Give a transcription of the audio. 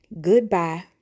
Goodbye